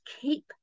keep